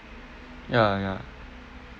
ya ya